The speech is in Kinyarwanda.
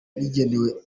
rigenewe